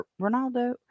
Ronaldo